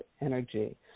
energy